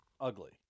ugly